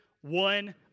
One